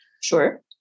Sure